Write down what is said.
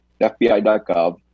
FBI.gov